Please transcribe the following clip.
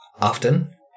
often